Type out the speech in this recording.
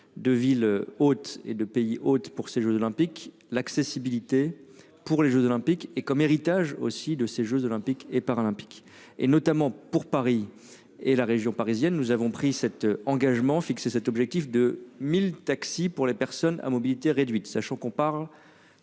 de ville hôte et de pays hôte pour ces Jeux olympiques, l'accessibilité pour les Jeux olympiques et comme héritage aussi de ces jeux olympiques et paralympiques et notamment pour Paris et la région parisienne, nous avons pris cet engagement fixé cet objectif 2000 taxis pour les personnes à mobilité réduite, sachant qu'on parle.